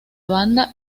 banda